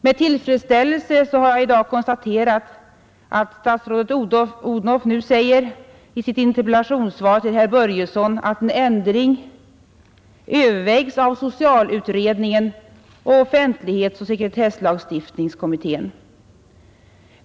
Med tillfredställelse har jag i dag konstaterat att statsrådet Odhnoff nu säger i sitt interpellationssvar till herr Börjesson i Falköping, att en ändring övervägs av socialutredningen och offentlighetsoch sekretesslagstiftningskommittén.